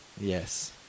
Yes